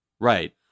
Right